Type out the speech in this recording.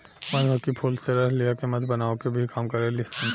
मधुमक्खी फूल से रस लिया के मध बनावे के भी काम करेली सन